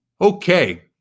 Okay